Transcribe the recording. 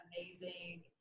amazing